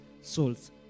souls